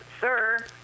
sir